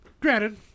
Granted